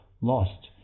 lost